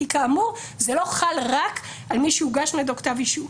כי כאמור זה לא חל רק על מי שהוגש כנגדו כתב אישום.